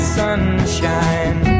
sunshine